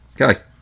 Okay